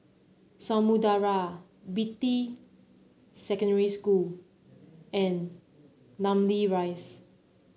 Samudera Beatty Secondary School and Namly Rise